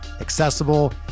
accessible